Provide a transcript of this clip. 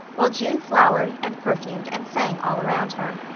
while june flowered, and perfumed, and sang all around her.